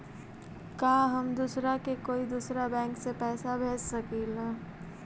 का हम दूसरा के कोई दुसरा बैंक से पैसा भेज सकिला?